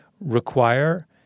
require